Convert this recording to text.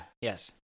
yes